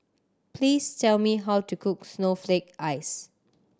please tell me how to cook snowflake ice